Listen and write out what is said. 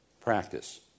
practice